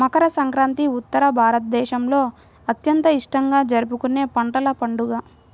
మకర సంక్రాంతి ఉత్తర భారతదేశంలో అత్యంత ఇష్టంగా జరుపుకునే పంటల పండుగ